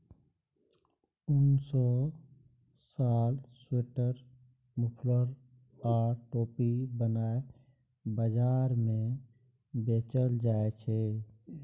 उन सँ साल, स्वेटर, मफलर आ टोपी बनाए बजार मे बेचल जाइ छै